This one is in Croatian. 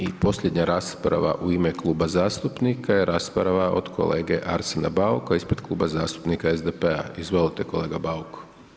I posljednja rasprava u ime kluba zastupnika je rasprava od kolege Arsena Bauka ispred kluba zastupnika SDP-a, izvolite kolega Bauk.